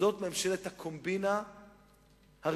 זאת ממשלת הקומבינה הראשונה,